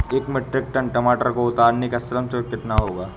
एक metric ton टमाटर को उतारने का श्रम शुल्क कितना होगा?